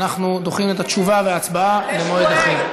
אנחנו דוחים את התשובה וההצבעה למועד אחר.